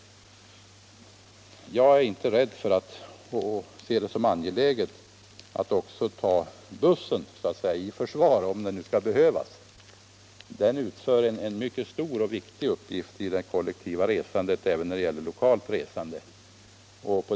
Jag är inte rädd för att ta bussen i försvar, om det nu skall behövas. Bussen utför en mycket stor och viktig uppgift i det kollektiva resandet även när det gäller lokaltrafiken.